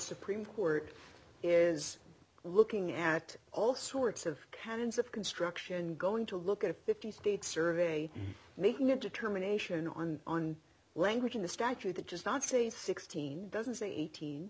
supreme court is looking at all sorts of canons of construction going to look at a fifty state survey making a determination on language in the statute that just not say sixteen doesn't say eighteen